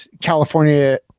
california